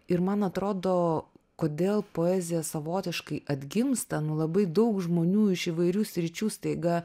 ir man atrodo kodėl poezija savotiškai atgimsta nu labai daug žmonių iš įvairių sričių staiga